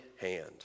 hand